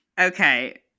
Okay